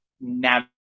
navigate